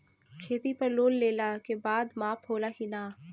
खेती पर लोन लेला के बाद माफ़ होला की ना?